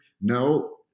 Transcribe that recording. No